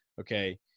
Okay